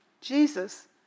Jesus